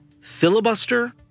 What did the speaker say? filibuster